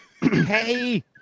Hey